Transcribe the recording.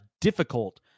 difficult